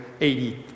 80